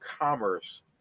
commerce